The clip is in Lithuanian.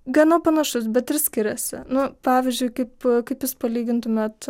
gana panašus bet ir skiriasi nu pavyzdžiui kaip kaip jūs palygintumėt